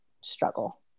Struggle